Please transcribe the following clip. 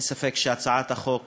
אין ספק שהצעת החוק